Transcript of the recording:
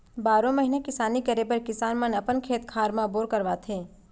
बारो महिना किसानी करे बर किसान मन अपन खेत खार म बोर करवाथे